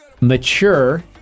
Mature